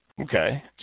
Okay